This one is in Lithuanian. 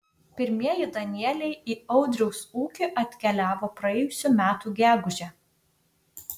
pirmieji danieliai į audriaus ūkį atkeliavo praėjusių metų gegužę